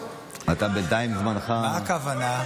אתה מוזמן, מה הכוונה,